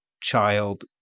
child